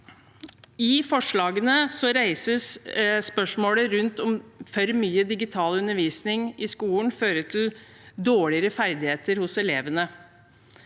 I forslagene reises spørsmålet rundt hvorvidt for mye digital undervisning i skolen fører til dårligere ferdigheter hos elevene.